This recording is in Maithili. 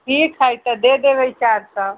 ठीक हइ तऽ दऽ देबै चारि सए